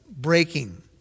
breaking